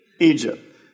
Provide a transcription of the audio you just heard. Egypt